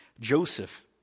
Joseph